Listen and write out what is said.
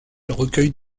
recueille